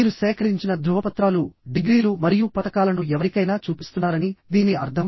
మీరు సేకరించిన ధృవపత్రాలు డిగ్రీలు మరియు పతకాలను ఎవరికైనా చూపిస్తున్నారని దీని అర్థం